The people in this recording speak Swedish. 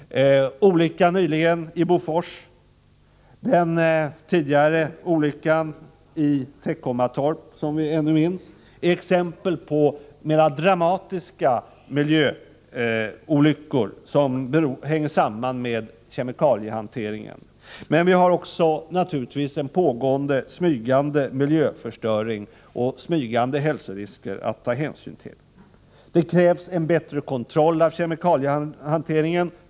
Olyckan nyligen i Bofors och den tidigare olyckan i Teckomatorp, som vi ännu minns, är exempel på mera dramatiska miljöolyckor som hänger samman med kemikaliehanteringen. Vi har naturligtvis också en pågående smygande miljöförstöring, smygande hälsorisker att ta hänsyn till. Det krävs en bättre kontroll av kemikaliehanteringen.